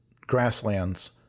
grasslands